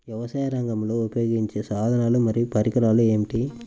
వ్యవసాయరంగంలో ఉపయోగించే సాధనాలు మరియు పరికరాలు ఏమిటీ?